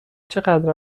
چقدر